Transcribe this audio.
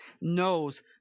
knows